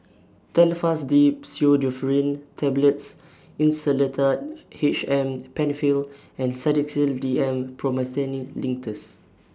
Telfast D Pseudoephrine Tablets Insulatard H M PenFill and Sedilix D M Promethazine Linctus